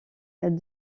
elle